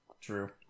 True